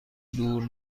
دور